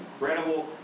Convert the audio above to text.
incredible